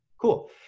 Cool